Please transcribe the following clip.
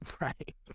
Right